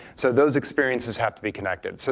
so those experiences have to be connected. so